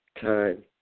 Time